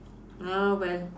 ah well